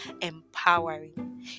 empowering